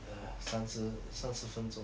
err 三十三十分钟